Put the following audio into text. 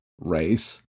race